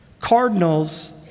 cardinals